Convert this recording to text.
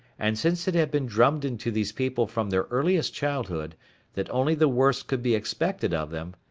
and since it had been drummed into these people from their earliest childhood that only the worst could be expected of them,